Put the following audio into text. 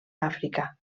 àfrica